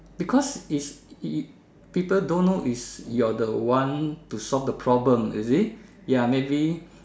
because it's it people don't know is you're the one to solve the problem you see ya maybe